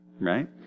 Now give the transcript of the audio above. right